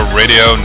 radio